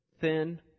thin